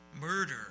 murder